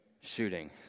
shooting